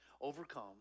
overcome